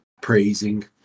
praising